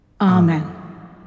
Amen